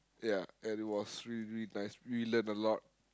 ya and it was really really nice we love a lot